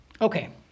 Okay